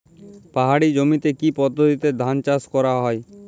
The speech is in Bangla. পাহাড়ী জমিতে কি পদ্ধতিতে ধান চাষ করা যায়?